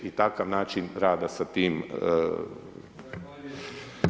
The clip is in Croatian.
I takav način rada sa tim.